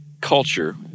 culture